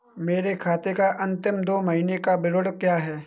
मेरे खाते का अंतिम दो महीने का विवरण क्या है?